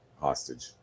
hostage